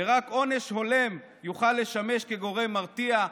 ורק עונש הולם יוכל לשמש גורם מרתיע,